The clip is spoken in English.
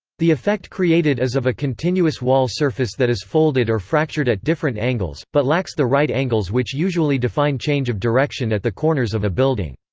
the effect created is of a continuous wall-surface that is folded or fractured at different angles, but lacks the right-angles which usually define change of direction at the corners of a building.